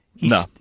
No